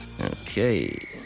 Okay